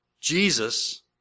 Jesus